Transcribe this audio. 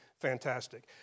fantastic